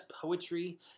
poetry